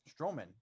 Strowman